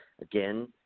again